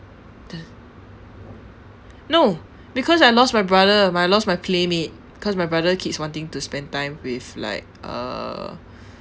the no because I lost my brother my lost my playmate cause my brother keeps wanting to spend time with like uh